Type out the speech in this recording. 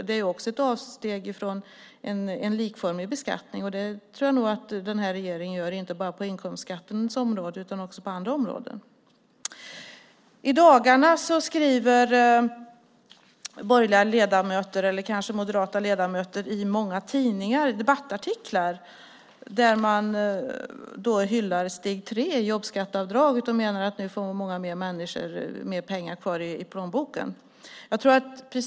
Det är också ett avsteg från en likformig beskattning, och det tror jag nog att den här regeringen gör inte bara på inkomstskattens område utan också på andra områden. I dagarna skriver kanske framför allt moderata ledamöter debattartiklar i tidningar där man hyllar steg tre i jobbskatteavdraget och menar att nu får många människor mer pengar kvar i plånboken.